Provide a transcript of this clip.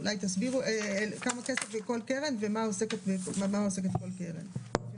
תסבירו כמה כסף לכל קרן ובמה עוסקת כל קרן.